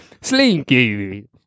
Slinky